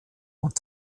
und